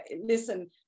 listen